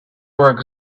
were